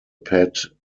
pet